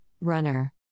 Runner